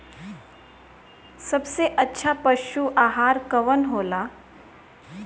सबसे अच्छा पशु आहार कवन हो ला?